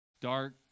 dark